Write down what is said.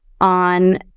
on